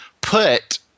put